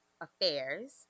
Affairs